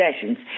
sessions